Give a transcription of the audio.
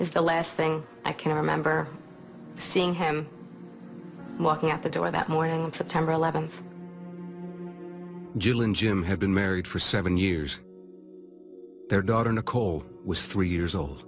is the last thing i can remember seeing him walking out the door that morning september eleventh jill and jim have been married for seven years were their daughter nicole was three years old